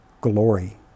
glory